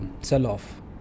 sell-off